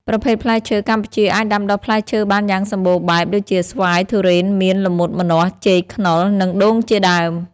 ប្រភេទផ្លែឈើ កម្ពុជាអាចដាំដុះផ្លែឈើបានយ៉ាងសម្បូរបែប ដូចជា ស្វាយ ធូរ៉េន មៀន ល្មុត ម្នាស់ ចេក ខ្នុរ និង ដូង ជាដើម។